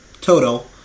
total